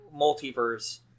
multiverse